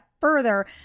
further